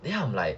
then I'm like